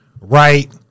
right